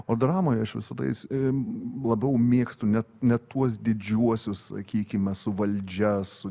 o dramoj aš visada įs labiau mėgstu net ne tuos didžiuosius sakykime su valdžia su